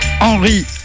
Henry